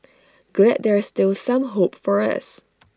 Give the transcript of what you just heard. glad there's still some hope for us